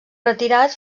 retirat